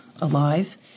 alive